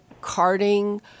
carting